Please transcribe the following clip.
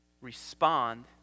respond